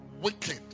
wicked